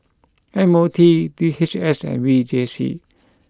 M O T D H S and V J C